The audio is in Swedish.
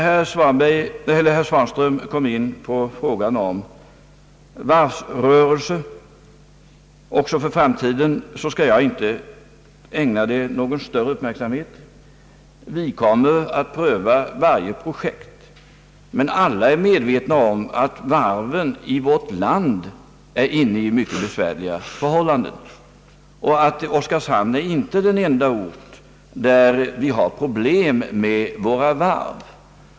Herr Svanströms funderingar kring frågan om fortsatt varvsrörelse också för framtiden skall jag inte ägna någon större uppmärksamhet. Vi kommer att pröva varje projekt, som kommer upp. Men alla är medvetna om att varven i vårt land befinner sig i mycket besvärliga förhållanden. Oskarshamn är inte den enda ort där vi har problem med våra varv.